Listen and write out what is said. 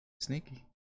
Sneaky